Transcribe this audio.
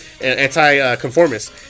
anti-conformist